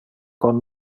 con